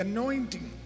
Anointing